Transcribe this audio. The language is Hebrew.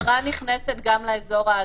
המשטרה נכנסת גם לאזור האדום.